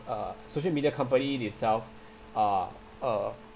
uh social media company in itself uh uh